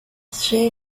shane